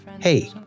Hey